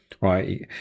right